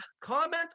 Comment